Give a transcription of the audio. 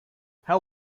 how